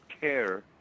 care